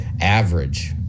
average